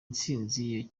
ntsinzi